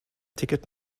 ticket